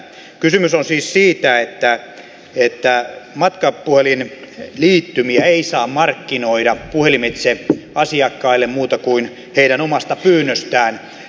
kysymys on siis siitä että matkapuhelinliittymiä ei saa markkinoida puhelimitse asiakkaille muuta kuin heidän omasta pyynnöstään